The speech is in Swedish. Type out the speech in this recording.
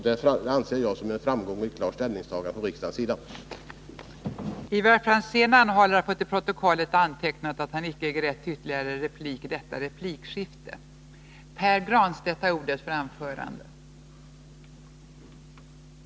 Detta är ett klart ställningstagande från riksdagens sida, och det anser jag som en klar framgång.